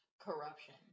corruption